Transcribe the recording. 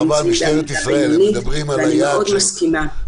חבל, משטרת ישראל, הם מדברים על היעד של 5%